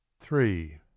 Three